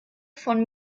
von